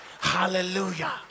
Hallelujah